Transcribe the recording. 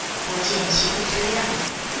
duo jian qi bu zhi liang ye.